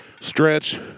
stretch